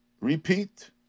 repeat